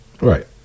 Right